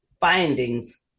findings